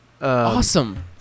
Awesome